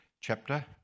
chapter